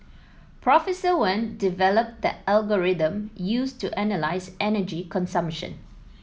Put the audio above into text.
Professor Wen developed the algorithm used to analyse energy consumption